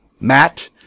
Matt